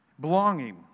belonging